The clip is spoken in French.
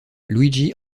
luigi